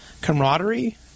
camaraderie